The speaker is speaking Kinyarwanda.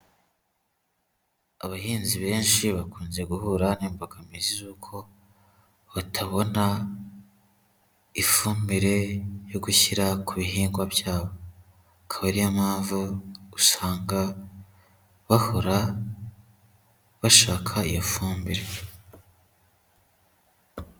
Abahinzi benshi bakunze guhura n'imbogamizi z'uko batabona ifumbire yo gushyira ku bihingwa byabo. Akaba ari yo mpamvu usanga bahora bashaka iyo fumbire.